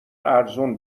ارزون